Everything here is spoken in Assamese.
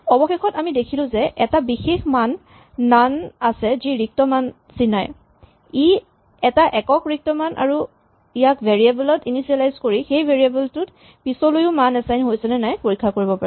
অৱশেষত আমি দেখিলো যে এটা বিশেষ মান নন আছে যি ৰিক্ত মান চিনায় ই এটা একক ৰিক্ত মান আৰু ইয়াক ভেৰিয়েবল ত ইনিচিযেলাইজ কৰি সেই ভেৰিয়েবল টোত পিচলৈও মান এচাইন হৈছেনে নাই পৰীক্ষা কৰিব পাৰি